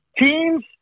teams